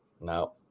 No